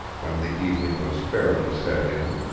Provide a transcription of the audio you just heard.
when the evening was fairly set in,